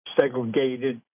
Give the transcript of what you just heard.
segregated